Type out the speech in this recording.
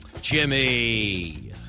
Jimmy